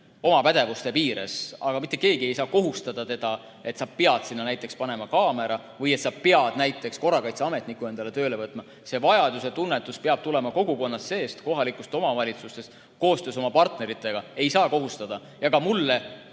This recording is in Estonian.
omavalitsuse ülesanne, aga mitte keegi ei saa kohustada, et sa näiteks pead sinna panema kaamera või et sa pead näiteks korrakaitseametniku tööle võtma. See vajaduse tunnetus peab tulema kogukonnast seest, kohalikest omavalitsustest koostöös oma partneritega. Ei saa kohustada ja ka mulle